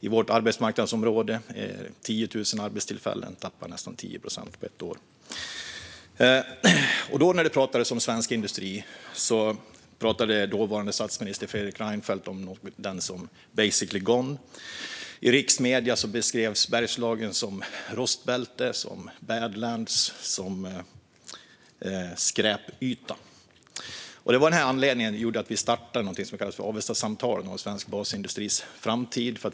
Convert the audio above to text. I vårt arbetsmarknadsområde med 10 000 arbetstillfällen tappade vi nästan 10 procent på ett år. När det pratades om svensk industri då pratade dåvarande statsminister Fredrik Reinfeldt om den som basically gone. I riksmedierna beskrevs Bergslagen som ett rostbälte, som badlands, som en skräpyta. Det var av den här anledningen vi startade något som kallas Avestasamtalen om svensk basindustris framtid.